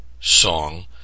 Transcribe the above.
song